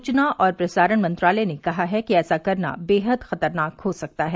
सूचना और प्रसारण मंत्रालय ने कहा है कि ऐसा करना बेहद खतरनाक हो सकता है